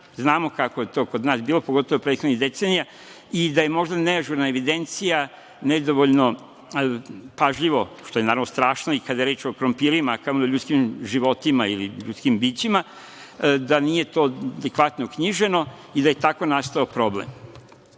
Znamo kako je to kod nas bilo, pogotovo prethodnih decenija i da je možda neažurna evidencija, nedovoljno pažljivo, što je, naravno, strašno i kada je reč o krompirima, a kamoli o ljudskim životima ili ljudskim bićima, da nije to adekvatno knjiženo i da je tako nastao problem. Ovde